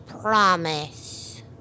promise